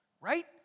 right